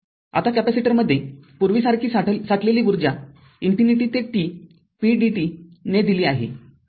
आता कॅपेसिटरमध्ये पूर्वीसारखी साठलेली उर्जा इन्फिनिटी ते t pdt ने दिली आहे